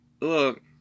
look